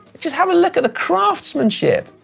just have look at the craftsmanship,